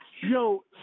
Yo